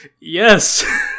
Yes